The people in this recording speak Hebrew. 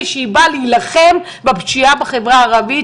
ושהיא באה להילחם בפשיעה בחברה הערבית,